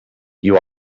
you